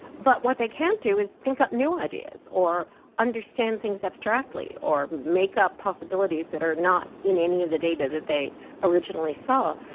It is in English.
but what they can't do is think up new ideas or understand things abstractly or make up possibilities that are not in any of the data that they originally saw,